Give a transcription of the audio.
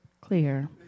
clear